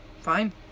Fine